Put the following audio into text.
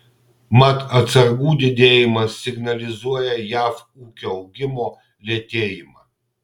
mat atsargų didėjimas signalizuoja jav ūkio augimo lėtėjimą